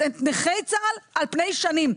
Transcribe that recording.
את נכי צה"ל, על פני שנים.